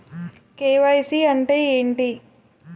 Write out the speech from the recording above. KYC అంటే ఏంటి?